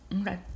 Okay